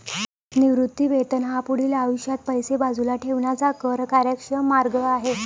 निवृत्ती वेतन हा पुढील आयुष्यात पैसे बाजूला ठेवण्याचा कर कार्यक्षम मार्ग आहे